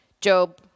Job